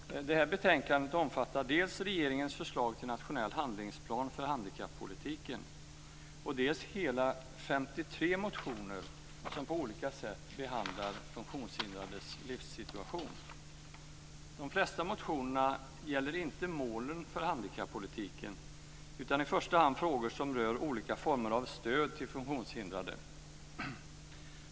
Fru talman! Det här betänkandet omfattar dels regeringens förslag till nationell handlingsplan för handikappolitiken, dels hela 53 motioner som på olika sätt behandlar funktionshindrades livssituation. De flesta motionerna gäller inte målen för handikappolitiken utan i första hand frågor som rör olika former av stöd till funktionshindrade.